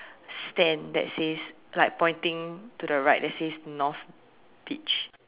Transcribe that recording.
stand that says like pointing to the right that says North beach